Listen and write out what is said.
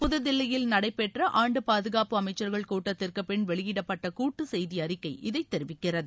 புதுதில்லியில் நடைபெற்ற ஆண்டு பாதுகாப்பு அமைச்சர்கள் கூட்டத்திற்குப் பின் வெளியிடப்பட்ட கூட்டு செய்தி அறிக்கை இதைத் தெரிவிக்கிறது